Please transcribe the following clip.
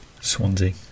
Swansea